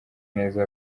neza